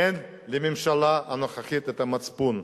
אין לממשלה הנוכחית מצפון.